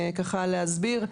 ככה להסביר.